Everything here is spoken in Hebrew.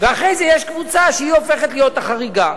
ואחרי זה יש קבוצה שהיא הופכת להיות החריגה.